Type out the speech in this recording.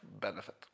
benefit